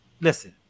listen